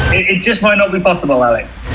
just might not be possible alex